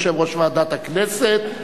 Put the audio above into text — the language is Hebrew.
יושב-ראש ועדת הכנסת.